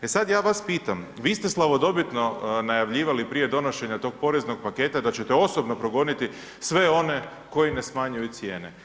E sada ja vas pitam, vi ste slavodobitno najavljivali, prije donošenja tog poreznog paketa da ćete osobno progoniti sve one koji ne smanjuju cijene.